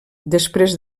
després